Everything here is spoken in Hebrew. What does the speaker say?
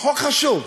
החוק חשוב,